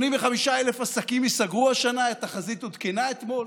85,000 עסקים ייסגרו השנה, התחזית עודכנה אתמול,